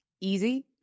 easy